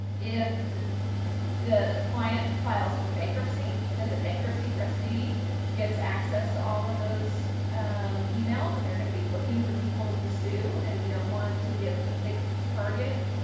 if the client files for bankruptcy, then the bankruptcy trustee gets access to all of those emails. and they're going to be looking for people to sue, and you don't want to give a big target